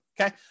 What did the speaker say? okay